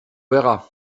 verra